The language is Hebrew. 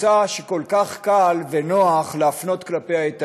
קבוצה שכל כך קל ונוח להפנות כלפיה את האש.